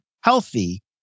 healthy